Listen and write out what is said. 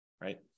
right